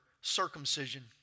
circumcision